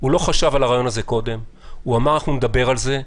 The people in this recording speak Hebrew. הוא לא חשב על הרעיון הזה קודם והוא אמר: אנחנו נדבר על זה.